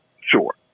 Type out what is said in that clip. Sure